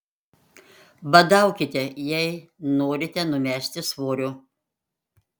badaukite jei norite numesti svorio